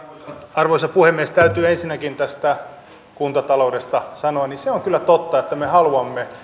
arvoisa puhemies täytyy ensinnäkin tästä kuntataloudesta sanoa että se on kyllä totta että me haluamme